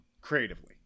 creatively